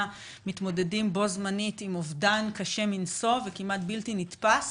מתמודדים בו זמנית עם אובדן קשה מנשוא וכמעט בלתי נתפס